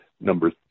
number